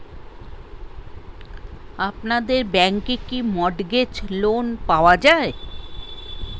আপনাদের ব্যাংকে কি মর্টগেজ লোন পাওয়া যায়?